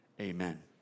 Amen